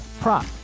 prop